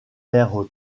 air